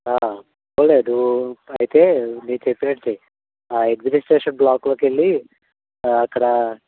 పోనీలే అయితే నేను చెప్పినట్టు చెయ్యయి ఆ అడ్మినిస్ట్రేషన్ బ్లాకులోకెళ్ళి అక్కడ